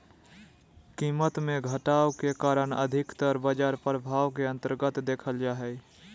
कीमत मे घटाव के कारण अधिकतर बाजार प्रभाव के अन्तर्गत देखल जा हय